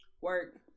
Work